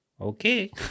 Okay